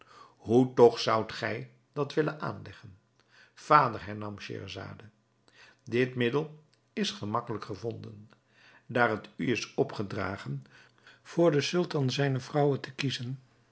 hoe toch zoudt gij dat willen aanleggen vader hernam scheherazade dit middel is gemakkelijk gevonden daar het u is opgedragen voor den sultan zijne vrouwen te kiezen